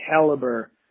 caliber